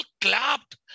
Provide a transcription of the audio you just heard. clapped